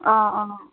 অঁ অঁ